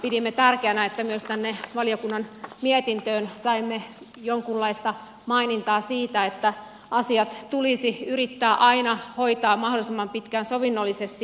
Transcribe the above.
pidimme tärkeänä että myös tänne valiokunnan mietintöön saimme jonkunlaista mainintaa siitä että asiat tulisi yrittää aina hoitaa mahdollisimman pitkään sovinnollisesti